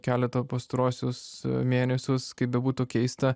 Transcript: keletą pastaruosius mėnesius kaip bebūtų keista